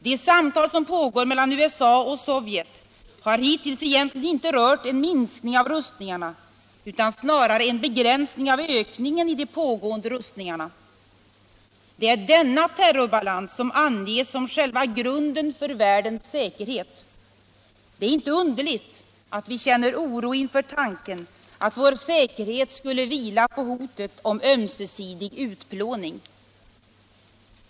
De samtal som pågår mellan USA och Sovjet har hittills egentligen inte rört en minskning av rustningarna utan snarare en begränsning av ökningen i de pågående rustningarna. Det är denna terrorbalans som anges som själva grunden för världens säkerhet. Det är inte underligt att vi känner oro inför tanken att vår säkerhet skulle vila på hotet om ömsesidig utplåning.